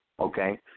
Okay